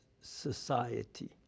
society